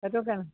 সেইটোকে